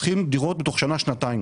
צריכים דירות בתוך שנה, שנתיים.